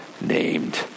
named